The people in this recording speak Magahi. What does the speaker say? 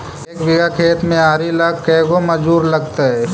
एक बिघा खेत में आरि ल के गो मजुर लगतै?